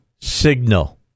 signal